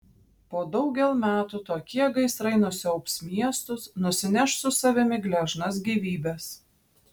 po daugel metų tokie gaisrai nusiaubs miestus nusineš su savimi gležnas gyvybes